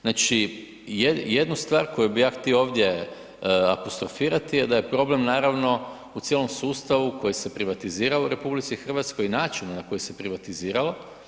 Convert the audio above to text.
Znači, jednu stvar koju bi ja htio ovdje apostrofirati je da je problem naravno u cijelom sustavu koji se privatizira u RH i načinu na koji na koji se privatiziralo.